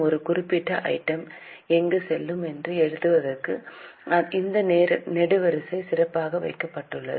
ஒரு குறிப்பிட்ட ஐட்டம் எங்கு செல்லும் என்று எழுதுவதற்கு இந்த நெடுவரிசை சிறப்பாக வைக்கப்பட்டுள்ளது